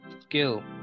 skill